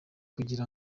kugira